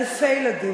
אלפי ילדים,